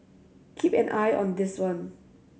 keep an eye on this one